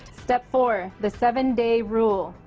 step four, the seven-day rule.